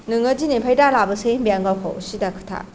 नोङो दिनैनिफ्राय दालाबोसै होनबाय आङो गावखौ सिदा खोथाखा